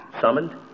summoned